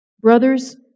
Brothers